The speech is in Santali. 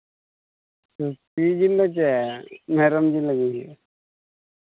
ᱥᱩᱠᱨᱤ ᱡᱤᱞ ᱫᱚ ᱪᱮᱫ ᱢᱮᱨᱚᱢ ᱡᱤᱞ ᱟᱹᱜᱩᱭ ᱦᱩᱭᱩᱜᱼᱟ